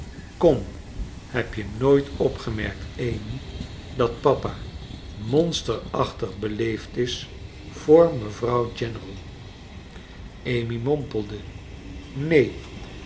kom heb je nooit opgemerkt amy dat papa monsterachtig beleefd is voor mevrouw general amy